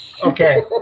Okay